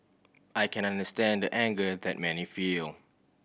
I can understand the anger that many feel